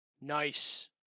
Nice